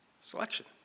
Selection